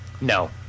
No